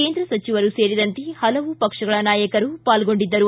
ಕೇಂದ್ರ ಸಚಿವರು ಸೇರಿದಂತೆ ಹಲವು ಪಕ್ಷಗಳ ನಾಯಕರು ಪಾಲ್ಗೊಂಡಿದ್ದರು